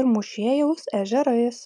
ir mūšėjaus ežerais